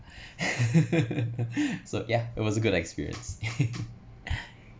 so yeah it was a good experience